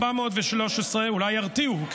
אולי הם ירתיעו,